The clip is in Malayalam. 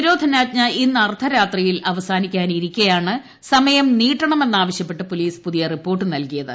നിരോധനാജ്ഞ ഇന്ന് അർദ്ധരാത്രിയിൽ അവസാനിക്കിരിക്കെയാണ് സമയം നീട്ടണമെന്നാവശ്യപ്പെട്ട് പോലീസ് പുതിയ റിപ്പോർട്ട് നൽകിയത്